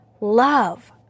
love